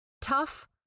Tough